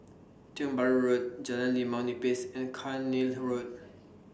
Tiong Bahru Road Jalan Limau Nipis and Cairnhill Road